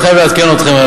אני חייב לעדכן אתכם,